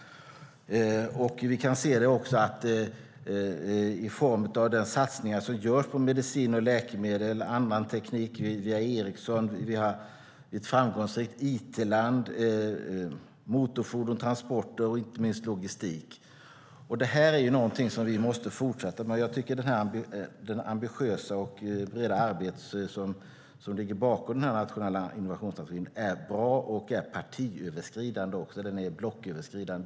Vi kan se det också i form av de satsningar som görs på medicin och läkemedel eller annan teknik. Vi har Ericsson. Vi har blivit ett framgångsrikt it-land. Vi har motorfordon, transporter och inte minst logistik. Det här är någonting som vi måste fortsätta med. Jag tycker att det ambitiösa arbete som ligger bakom den nationella innovationsstrategin är bra. Det är partiöverskridande och det är också blocköverskridande.